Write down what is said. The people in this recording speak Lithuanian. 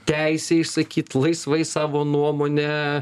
teisę išsakyt laisvai savo nuomonę